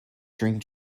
drink